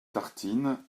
tartines